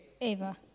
Ava